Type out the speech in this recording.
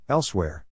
Elsewhere